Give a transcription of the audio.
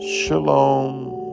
Shalom